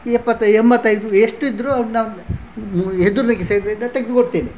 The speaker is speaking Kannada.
ಎಪ್ಪತ್ತು ಎಂಬತ್ತೈದು ಎಷ್ಟಿದ್ದರೂ ಅವ್ರನ್ನ ಎದುರಿನ ಕಿಸೆಯಿಂದ ತೆಗೆದು ಕೊಡ್ತೇನೆ